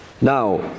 Now